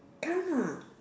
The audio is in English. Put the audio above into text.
can ah